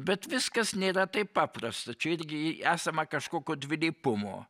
bet viskas nėra taip paprasta čia irgi esama kažkokio dvilypumo